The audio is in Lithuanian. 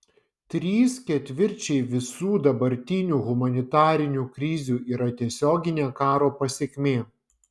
trys ketvirčiai visų dabartinių humanitarinių krizių yra tiesioginė karo pasekmė